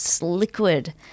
liquid